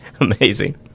Amazing